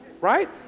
Right